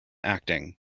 acting